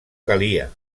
calia